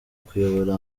kuyobora